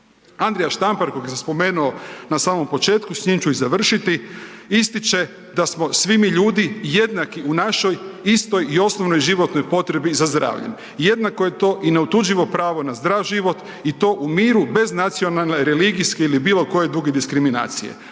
Andrija Štampar kojeg sam spomenuo na samom početku, s njim ću i završiti, ističe da smo svi mi ljudi jednaki u našoj istoj i osnovnoj životnoj potrebi za zdravljem. Jednako je to i neotuđivo pravo na zdrav život i to u miru bez nacionalne religijske ili bilo koje druge diskriminacije.